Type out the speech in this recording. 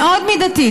מאוד מידתית.